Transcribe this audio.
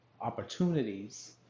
opportunities